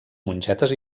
mongetes